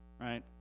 right